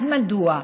אז מדוע,